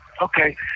Okay